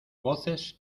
voces